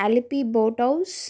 Alleppey boat house